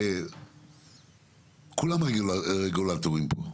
כולם רגולטורים פה.